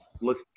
look